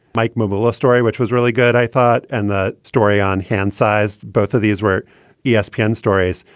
mike mobile, a story which was really good, i thought, and the story on hand sized both of these where yeah espn stories,